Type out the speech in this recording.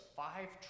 five